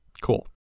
Cool